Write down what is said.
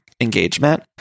engagement